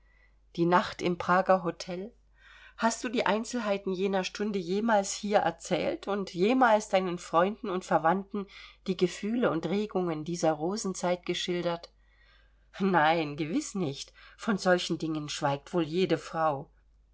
die nacht im prager hotel hast du die einzelheiten jener stunden jemals hier erzählt und jemals deinen freunden und verwandten die gefühle und regungen dieser rosenzeit geschildert nein gewiß nicht von solchen dingen schweigt wohl jede frau